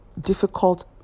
difficult